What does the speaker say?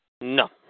No